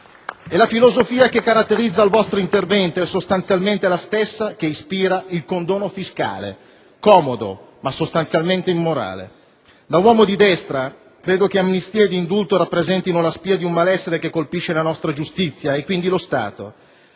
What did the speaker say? La filosofia che caratterizza il vostro intervento è sostanzialmente la stessa che ispira il condono fiscale. Comodo, ma sostanzialmente immorale. Da uomo di destra, credo che amnistia e indulto rappresentino la spia di un malessere che colpisce la nostra giustizia e quindi lo Stato.